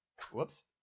Whoops